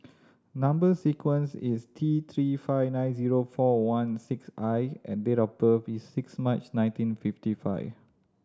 number sequence is T Three five nine zero four one six I and date of birth is six March nineteen fifty five